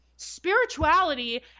spirituality